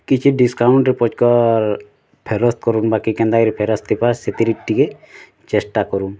କିଛି ଡ଼ିସ୍କାଉଣ୍ଟ୍ରେ ଫେରସ୍ତ୍ କରୁନ୍ ବାକି କେନ୍ତା କିରି ଫେରସ୍ତ୍ ହେଇପାର୍ବା ସେଥିର୍ ଟିକେ ଚେଷ୍ଟା କରୁନ୍